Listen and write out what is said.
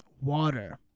water